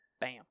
Bam